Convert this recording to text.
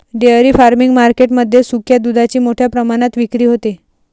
dairy farming market मध्ये सुक्या दुधाची मोठ्या प्रमाणात विक्री होते